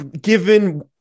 given